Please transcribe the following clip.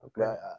Okay